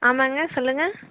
ஆமாம்ங்க சொல்லுங்கள்